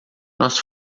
nós